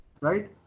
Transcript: Right